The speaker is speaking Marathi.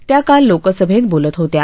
त्या काल लोकसभेत बोलत होत्या